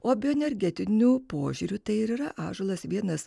o bioenergetiniu požiūriu tai yra ąžuolas vienas